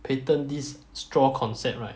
patent this straw concept right